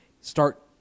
start